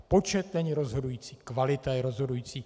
Počet není rozhodující, kvalita je rozhodující.